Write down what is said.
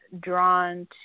drawn